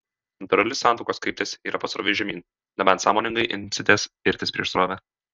natūrali santuokos kryptis yra pasroviui žemyn nebent sąmoningai imsitės irtis prieš srovę